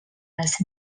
les